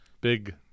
big